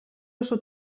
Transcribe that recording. oso